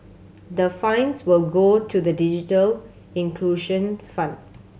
the fines will go to the digital inclusion fund